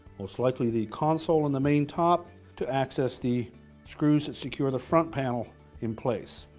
most likely the console on the main top to access the screws that secure the front panel in place.